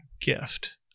gift